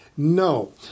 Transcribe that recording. No